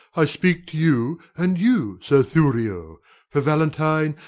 i speak to you, and you, sir thurio for valentine,